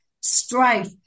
strife